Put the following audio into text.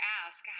ask